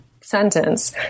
sentence